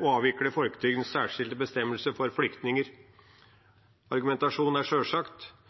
og å avvikle folketrygdens særskilte bestemmelser for flyktninger. Argumentasjonen er sjølsagt: